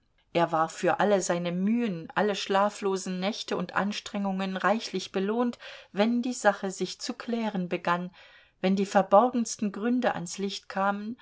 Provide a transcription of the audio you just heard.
er war für alle seine mühen alle schlaflosen nächte und anstrengungen reichlich belohnt wenn die sache sich zu klären begann wenn die verborgensten gründe ans licht kamen